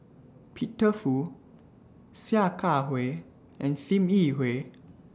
Peter Fu Sia Kah Hui and SIM Yi Hui